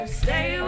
stay